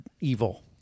evil